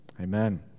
Amen